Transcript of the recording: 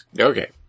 Okay